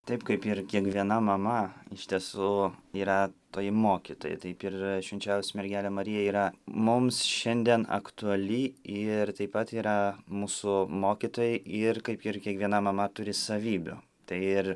taip kaip ir kiekviena mama iš tiesų yra toji mokytoja taip ir švenčiausia mergelė marija yra mums šiandien aktuali ir taip pat yra mūsų mokytoja ir kaip ir kiekviena mama turi savybių tai ir